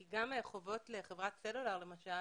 כי גם חובות לחברת סלולר למשל,